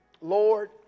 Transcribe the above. Lord